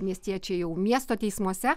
miestiečiai jau miesto teismuose